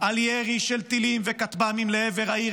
על ירי של טילים וכטב"מים לעבר העיר